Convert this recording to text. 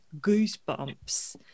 goosebumps